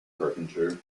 carpenter